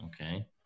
okay